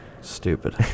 Stupid